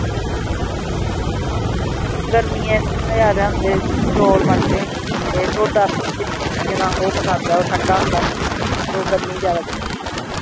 ते गर्मियें च जादै चौल बनदे ते ढोड्डा दा ओह् बनदा ते ओह् पसंद ऐ ओह् बनदा नी ओह् गर्मी जादै चलदे